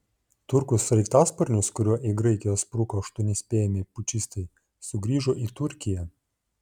turkų sraigtasparnis kuriuo į graikiją spruko aštuoni spėjami pučistai sugrįžo į turkiją